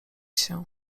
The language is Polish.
się